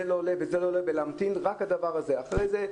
אחרי זה,